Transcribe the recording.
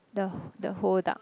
the wh~ the whole duck